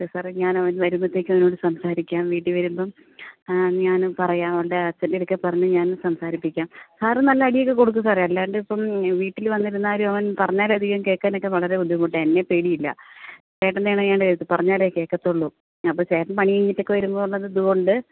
അതെ സാറെ ഞാനവൻ വരുമ്പോഴത്തേക്കും അവനോട് സംസാരിക്കാം വീട്ടിൽ വരുമ്പം ആ ഞാൻ പറയാം അവൻ്റെ അച്ഛൻ്റടുക്ക പറഞ്ഞ് ഞാൻ സംസാരിപ്പിക്കാം സാറ് നല്ല അടിയൊക്കെ കൊടുക്ക് സാറെ അല്ലാണ്ടിപ്പം വീട്ടിൽ വന്നിരുന്നാലും അവൻ പറഞ്ഞാലധികം കേൾക്കാനൊക്കെ വളരെ ബുദ്ധിമുട്ടാണ് എന്നെ പേടിയില്ല ചേട്ടനെങ്ങാണ്ട് പറഞ്ഞാലേ കേൾക്കത്തുള്ളൂ അപ്പം ചേട്ടൻ പണി കഴിഞ്ഞിട്ടൊക്കെ വരുമ്പോൾ ഒരിതുകൊണ്ട്